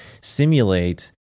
simulate